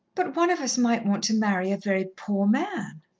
but one of us might want to marry a very poor man.